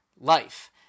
life